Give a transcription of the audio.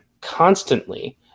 constantly